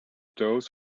those